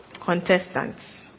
contestants